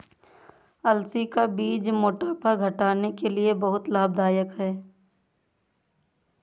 अलसी का बीज मोटापा घटाने के लिए बहुत लाभदायक है